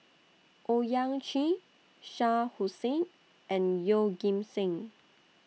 Owyang Chi Shah Hussain and Yeoh Ghim Seng